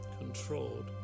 Controlled